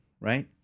right